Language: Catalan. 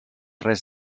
res